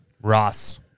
Ross